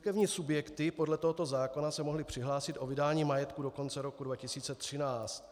Církevní subjekty podle tohoto zákona se mohly přihlásit o vydání majetku do konce roku 2013.